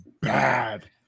bad